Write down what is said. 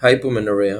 hypomenorrhea